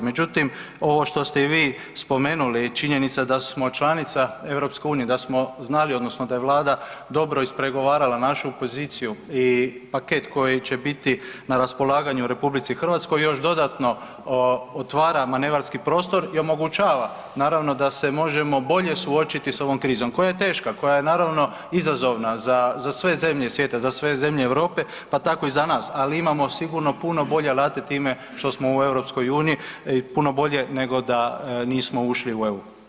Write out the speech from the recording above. Međutim, ovo što ste i vi spomenuli, činjenica da smo članica EU da smo znali odnosno da je Vlada dobro ispregovarala našu poziciju i paket koji će biti na raspolaganju u RH još dodatno otvara manevarski prostor i omogućava naravno da se možemo bolje suočiti sa ovom krizom, koja je teška, koja je naravno izazovna za sve zemlje svijete, za sve zemlje Europe pa tako i za nas ali imamo sigurno puno bolje alate time što smo u EU i puno bolje nego da nismo ušli u EU.